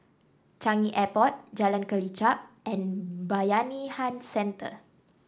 Changi Airport Jalan Kelichap and Bayanihan Centre